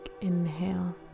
inhale